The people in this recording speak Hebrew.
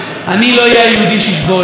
אני לא אהיה היהודי שישבור את השרשרת.